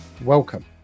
welcome